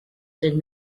did